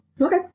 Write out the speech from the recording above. Okay